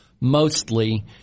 Mostly